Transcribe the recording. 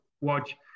watch